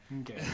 Okay